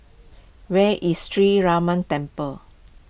where is Sree Ramar Temple